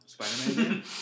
Spider-Man